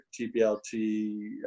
tblt